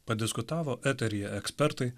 padiskutavo eteryje ekspertai